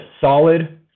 solid